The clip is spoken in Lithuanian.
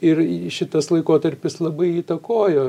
ir šitas laikotarpis labai įtakojo